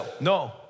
No